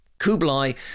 Kublai